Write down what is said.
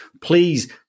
Please